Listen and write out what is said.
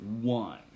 one